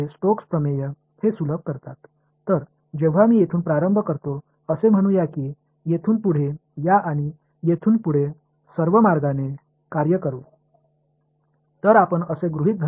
Stokes தேற்றம் இங்கே இதை விளிம்பு மீது என்று எளிமையாக்குகிறது